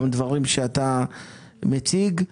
גם בדברים שאתה מציג.